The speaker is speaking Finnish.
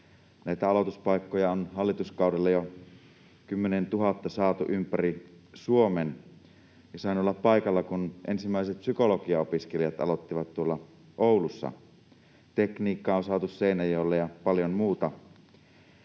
Näitä aloituspaikkoja on hallituskaudella jo 10 000 saatu ympäri Suomen. Sain olla paikalla, kun ensimmäiset psykologian opiskelijat aloittivat tuolla Oulussa. Tekniikkaa on saatu Seinäjoelle, ja paljon muuta.